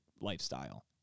lifestyle